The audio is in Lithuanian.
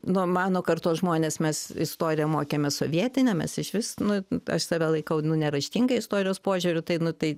nu mano kartos žmonės mes istoriją mokėmės sovietinę mes išvis nu aš save laikau nu neraštinga istorijos požiūriu tai nu tai